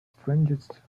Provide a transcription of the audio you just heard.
strangest